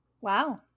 wow